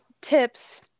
tips